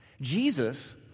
Jesus